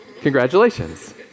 Congratulations